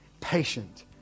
patient